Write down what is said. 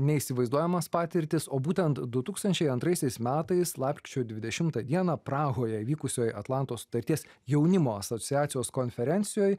neįsivaizduojamas patirtis o būtent du tūkstančiai antraisiais metais lapkričio dvidešimtą dieną prahoje įvykusioj atlanto sutarties jaunimo asociacijos konferencijoj